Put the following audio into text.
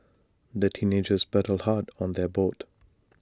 the teenagers paddled hard on their boat